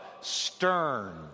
stern